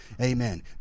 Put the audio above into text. Amen